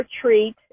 treat